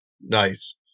nice